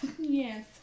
Yes